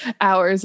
hours